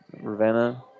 Ravenna